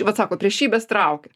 vat sako priešybės traukia